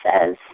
says